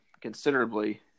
considerably